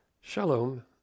Shalom